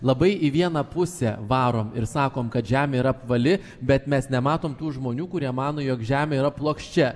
labai į vieną pusę varom ir sakom kad žemė yra apvali bet mes nematom tų žmonių kurie mano jog žemė yra plokščia